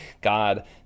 God